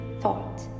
thought